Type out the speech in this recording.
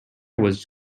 was